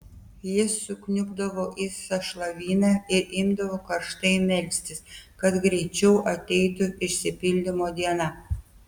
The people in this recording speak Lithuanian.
jis sukniubdavo į sąšlavyną ir imdavo karštai melstis kad greičiau ateitų išsipildymo diena